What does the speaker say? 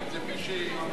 נכון,